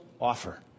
offer